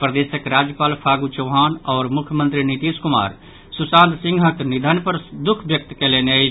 प्रदेशक राज्यपाल फागू चौहान आ मुख्यमंत्री नीतीश कुमार सुशांत सिंहक निधन पर दुःख व्यक्त कयलनि अछि